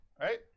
Right